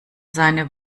seine